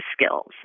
skills